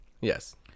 Yes